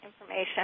information